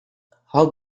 how